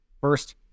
First